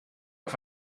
auf